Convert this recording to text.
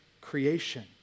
creation